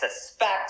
suspect